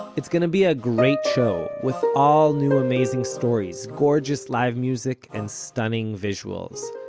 it's gonna be a great show, with all new amazing stories, gorgeous live music, and stunning visuals.